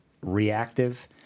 reactive